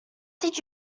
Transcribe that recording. did